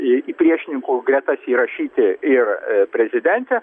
į į priešininkų gretas įrašyti ir prezidentę